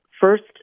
first